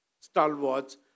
stalwarts